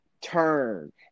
turn